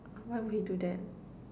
I'm why we do that